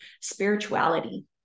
spirituality